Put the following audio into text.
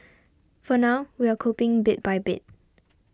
for now we're coping bit by bit